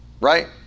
right